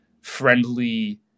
friendly